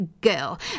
girl